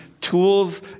tools